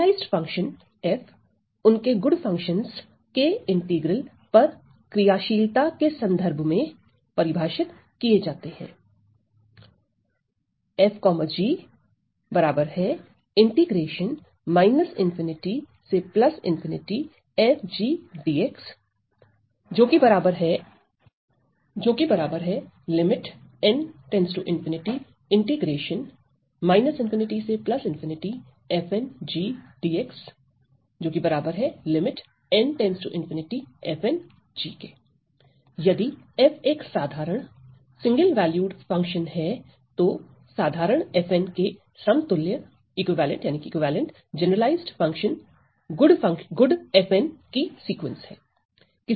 generalised function उनके good functions के integral पर क्रियाशीलता के संदर्भ में परिभाषित किए जाते हैं यदि 'f' एक साधारण सिंगल वैल्यूड फंक्शन है तो साधारण के समतुल्य जनरलाइज्ड फंक्शन गुड की सीक्वेंस है